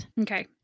Okay